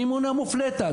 מימונה ומופלטה.